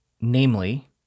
namely